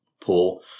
pull